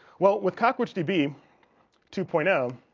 well with cockroach tb two point um